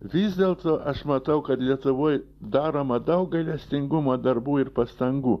vis dėlto aš matau kad lietuvoj daroma daug gailestingumo darbų ir pastangų